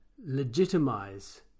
legitimize